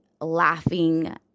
laughing